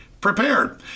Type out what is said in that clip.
prepared